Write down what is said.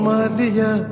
Maria